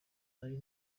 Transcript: ari